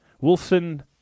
Wilson